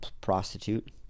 prostitute